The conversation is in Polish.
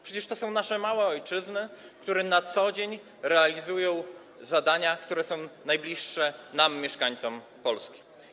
Przecież to są nasze małe ojczyzny, które na co dzień realizują zadania, które są najbliższe nam, mieszkańcom Polski.